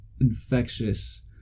infectious